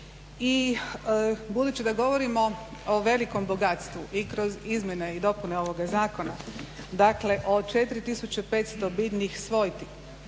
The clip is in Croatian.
I budući da govorimo o velikom bogatstvu i kroz izmjene i dopune ovog zakona od 4500 biljnih svojti,